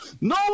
No